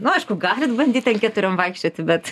nu aišku galit bandyt ten keturiom vaikščioti bet